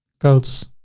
coats,